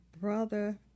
brother